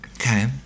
Okay